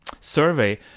survey